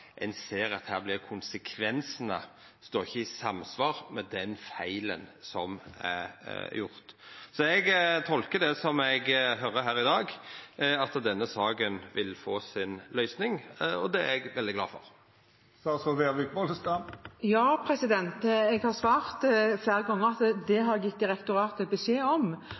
konsekvensane ikkje står i samsvar med den feilen som er gjord. Så eg tolkar det eg høyrer her i dag, slik at denne saka vil få si løysing, og det er eg veldig glad for. Jeg har flere ganger svart at det har jeg gitt direktoratet beskjed om.